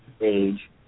age